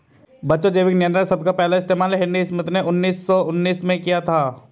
बच्चों जैविक नियंत्रण शब्द का पहला इस्तेमाल हेनरी स्मिथ ने उन्नीस सौ उन्नीस में किया था